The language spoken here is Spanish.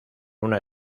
una